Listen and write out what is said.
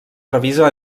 revisa